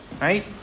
right